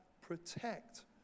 protect